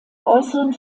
äußeren